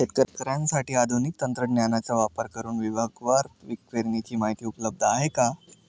शेतकऱ्यांसाठी आधुनिक तंत्रज्ञानाचा वापर करुन विभागवार पीक पेरणीची माहिती उपलब्ध आहे का?